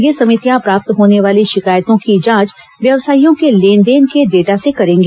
ये समितियां प्राप्त होने वाली शिकायतों की जांच व्यावसायियों के लेन देन के डाटा से करेंगी